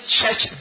church